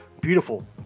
beautiful